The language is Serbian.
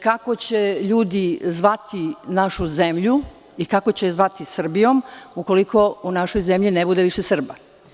Kako će ljudi zvati našu zemlju i kao će je zvati Srbijom ukoliko u našoj zemlji ne bude više Srba?